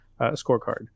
scorecard